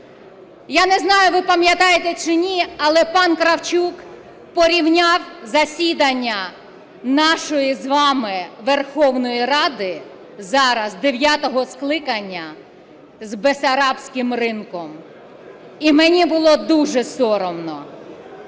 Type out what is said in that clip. Я не знаю ви пам'ятаєте чи ні, але пан Кравчук порівняв засідання нашої з вами Верховної Ради, зараз, дев'ятого скликання, з Бессарабським ринком. І мені було дуже соромно.